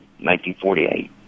1948